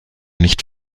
nicht